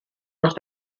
was